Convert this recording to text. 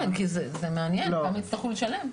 כן, זה מעניין, כמה יצטרכו לשלם.